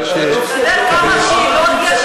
חברת הכנסת מלינובסקי,